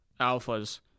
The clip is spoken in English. alphas